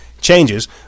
Changes